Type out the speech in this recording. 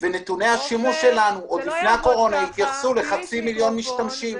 -- ונתוני השימוש שלנו עוד לפניה קורונה התייחסו לחצי מיליון משתמשים.